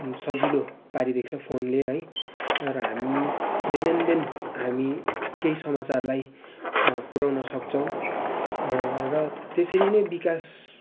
सजिलो पारिदिएको छ फोनले है र हामी दैनन्दिन हामी केही समाचारलाई पुर्याउन सक्छौँ र त्यसरी नै विकास